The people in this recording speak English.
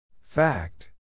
Fact